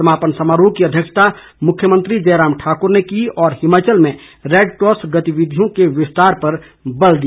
समापन समारोह की अध्यक्षता मुख्यमंत्री जयराम ठाक्र ने की और हिमाचल में रेडक्रॉस गतिविधियों के विस्तार पर बल दिया